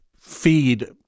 feed